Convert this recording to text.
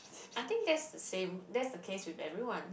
I think that's the same that's the case with everyone